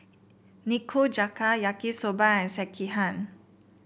Nikujaga Yaki Soba and Sekihan